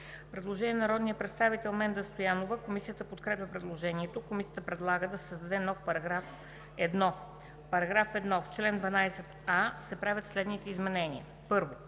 Предложение на народния представител Менда Стоянова. Комисията подкрепя предложението. Комисията предлага да се създаде нов § 1: „§ 1. В чл. 12а се правят следните изменения: 1.